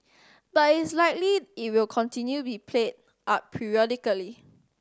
but is likely it will continue be played up periodically